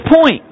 point